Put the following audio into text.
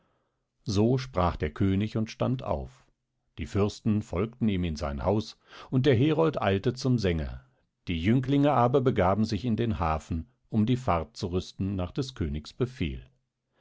so sprach der könig und stand auf die fürsten folgten ihm in sein haus und der herold eilte zum sänger die jünglinge aber begaben sich in den hafen um die fahrt zu rüsten nach des königs befehl